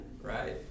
Right